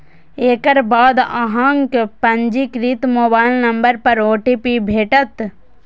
एकर बाद अहांक पंजीकृत मोबाइल नंबर पर ओ.टी.पी भेटत